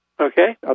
Okay